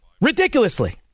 ridiculously